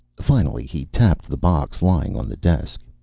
finally he tapped the box lying on the desk.